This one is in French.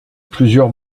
plusieurs